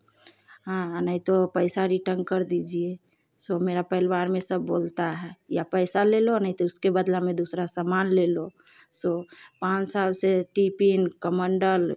हाँ हाँ नहीं तो पैसा रिटंग कर दीजिए सो मेरा परिवार में सब बोलता है या पैसा ले लो नहीं तो उसके बदला में दूसरा सामान ले लो सो पाँच साल से टिपीन कमंडल